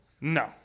No